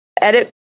edit